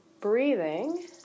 breathing